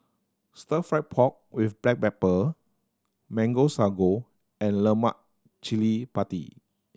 Stir Fried Pork With Black Pepper Mango Sago and lemak cili padi